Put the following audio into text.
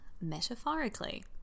metaphorically